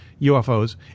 UFOs